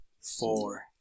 four